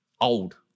old